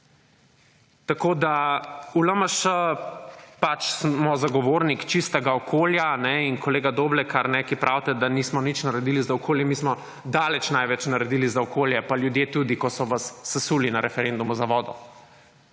delala. V LMŠ pač smo zagovorniki čistega okolja. In kolega Doblekar, pravite, da nismo nič naredili za okolje, mi smo daleč največ naredili za okolje, pa ljudje tudi ko so vas sesuli na referendumu za vodo.